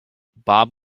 bob